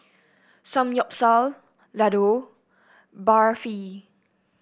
Samgyeopsal Ladoo Barfi